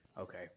Okay